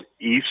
east